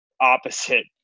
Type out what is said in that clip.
opposite